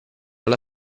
alla